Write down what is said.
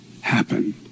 happen